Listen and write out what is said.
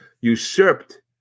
usurped